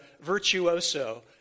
virtuoso